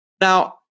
Now